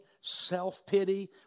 self-pity